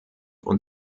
und